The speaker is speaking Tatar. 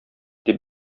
дип